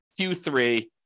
Q3